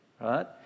right